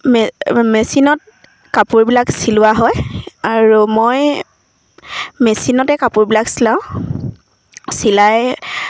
মে মেচিনত কাপোৰবিলাক চিলোৱা হয় আৰু মই মেচিনতে কাপোৰবিলাক চিলাওঁ চিলাই